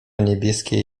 niebieskie